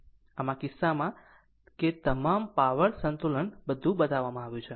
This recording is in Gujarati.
આમ આ કિસ્સામાં કે તમામ પાવર સંતુલન બધું બતાવવામાં આવ્યું છે